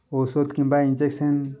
ଔଷଧ କିମ୍ବା ଇଞ୍ଜେକ୍ସନ୍